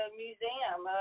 museum